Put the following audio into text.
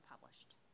published